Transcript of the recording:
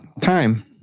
time